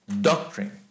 doctrine